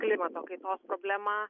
klimato kaitos problemą